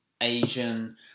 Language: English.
Asian